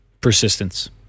Persistence